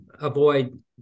avoid